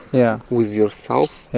yeah with yourself?